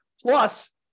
Plus